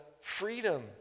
freedom